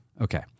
Okay